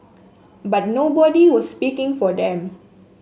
but nobody was speaking for them